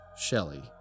Shelley